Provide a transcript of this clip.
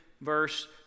Verse